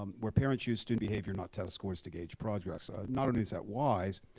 um where parents use student behavior, not test scores, to gauge progress. not only is that wise,